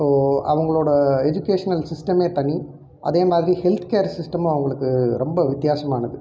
so அவங்களோட educational சிஸ்டமே தனி அதேமாதிரி ஹெல்த்கேர் சிஸ்டமும் அவங்களுக்கு ரொம்ப வித்தியாசமானது